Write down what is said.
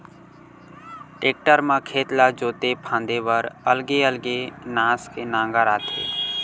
tractor म खेत ला जोते फांदे बर अलगे अलगे नास के नांगर आथे